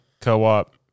co-op